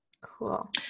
Cool